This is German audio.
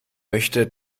möchte